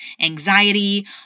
anxiety